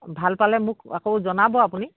ভাল পালে মোক আকৌ জনাব আপুনি